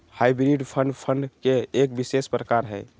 hybrid fund, fund के एक विशेष प्रकार हय